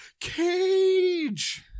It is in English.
Cage